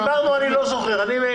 דיברנו, אני לא זוכר.